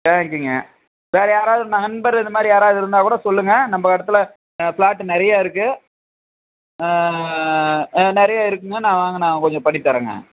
தேங்க்யூங்க வேற யாராவது நண்பர் இந்த மாதிரி யாராவது இருந்தாக் கூட சொல்லுங்கள் நம்ம இடத்துல ஃப்ளாட் நிறையா இருக்குது நிறைய இருக்குதுங்க நான் வாங்க நான் கொஞ்சம் பண்ணித் தர்றேங்க